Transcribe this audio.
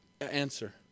answer